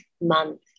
month